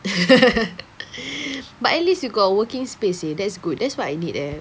but at least you got a working space seh that is good that's what I need eh